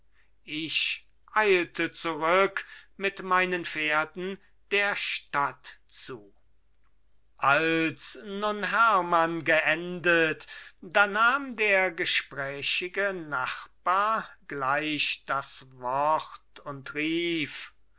ich eilte zurück mit meinen pferden der stadt zu als nun hermann geendet da nahm der gesprächige nachbar gleich das wort und rief